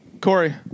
Corey